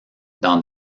dans